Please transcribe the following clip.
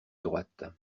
droite